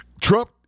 Trump